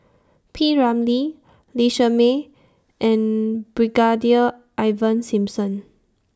P Ramlee Lee Shermay and Brigadier Ivan Simson